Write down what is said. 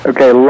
Okay